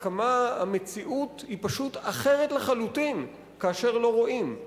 כמה המציאות היא פשוט אחרת לחלוטין כאשר לא רואים.